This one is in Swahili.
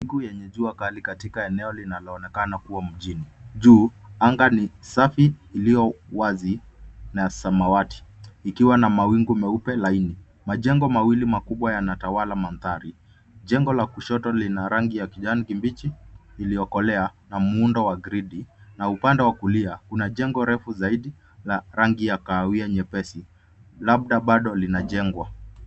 Mingu yenye jua kali katika eneo linaloonekana kuwa mjini. Juu, anga ni safi iliyowazi na samawati, ikiwa na mawingu meupe laini. Majengo mawili makubwa yanatawala mandhari. Jengo la kushoto lina rangi ya kijani kibichi iliyokolea na muundo wa grid , na upande wa kulia kuna jengo refu zaidi la rangi ya kahawia nyepesi. Labda bado linajengwa.